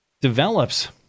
develops